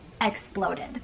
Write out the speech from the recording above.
exploded